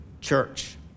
church